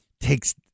takes